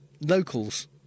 locals